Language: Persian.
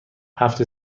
هفت